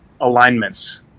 alignments